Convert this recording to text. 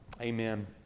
Amen